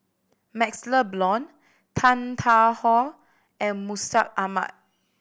MaxLe Blond Tan Tarn How and Mustaq Ahmad